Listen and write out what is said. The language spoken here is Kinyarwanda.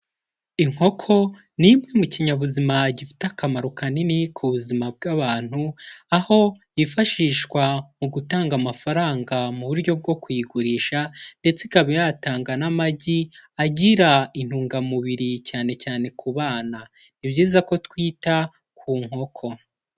Inkoko ni imwe mu kinyabuzima gifite akamaro kanini ku buzima bw'abantu, aho yifashishwa mu gutanga amafaranga mu buryo bwo kuyigurisha ndetse ikaba yatanga n'amagi agira intungamubiri cyane cyane ku bana, ni byiza ko twita ku nkoko.